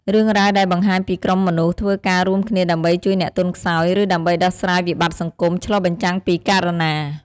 រឿងរ៉ាវដែលបង្ហាញពីក្រុមមនុស្សធ្វើការរួមគ្នាដើម្បីជួយអ្នកទន់ខ្សោយ ឬដើម្បីដោះស្រាយវិបត្តិសង្គម ឆ្លុះបញ្ចាំងពីករុណា។